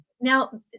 now